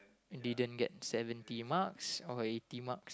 didn't get seventy marks or eighty marks